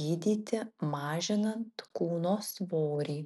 gydyti mažinant kūno svorį